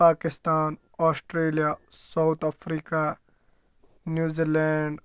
Pakistan Australia South Africa New Zealand